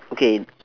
okay